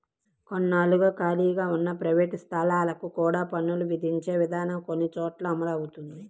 కొన్నాళ్లుగా ఖాళీగా ఉన్న ప్రైవేట్ స్థలాలకు కూడా పన్నులు విధించే విధానం కొన్ని చోట్ల అమలవుతోంది